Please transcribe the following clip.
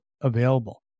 available